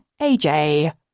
AJ